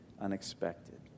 unexpected